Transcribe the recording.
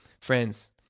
Friends